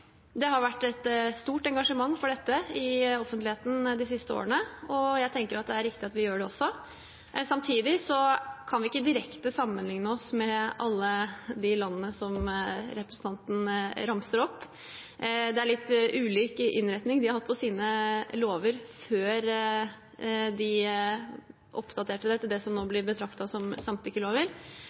Det har vært et stort engasjement for dette i offentligheten de siste årene, og jeg tenker at det er riktig at vi gjør det også. Samtidig kan vi ikke direkte sammenligne oss med alle de landene som representanten ramset opp. De har hatt litt ulik innretning på lovene sine før de oppdaterte dette og innførte det som nå blir betraktet som samtykkelover.